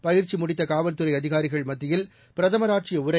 பயிற்சி முடித்த காவல்துறை அதிகாரிகள் மத்தியில் பிரதமர் ஆற்றிய உரை